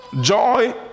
joy